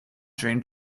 during